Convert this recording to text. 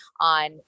on